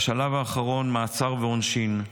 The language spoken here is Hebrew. והשלב האחרון, מעצר ועונשין.